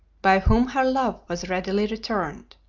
by whom her love was readily returned.